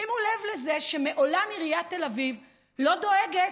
שימו לב לזה שלעולם עיריית תל אביב לא דואגת